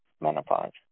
menopause